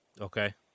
Okay